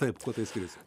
taip kuo tai skiriasi